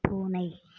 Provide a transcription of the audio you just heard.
பூனை